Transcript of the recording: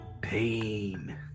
Pain